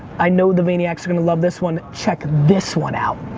i know the vayniacs are gonna love this one. check this one out.